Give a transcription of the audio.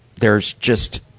there's just,